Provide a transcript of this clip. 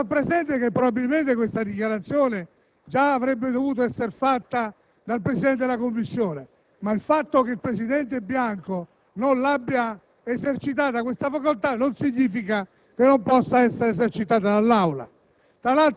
e di inammissibilità. Probabilmente questa dichiarazione già avrebbe dovuto esser fatta dal Presidente della 1a Commissione permanente; tuttavia, il fatto che il presidente Bianco non abbia esercitato questa facoltà non significa che non possa essere esercitata dall'Aula.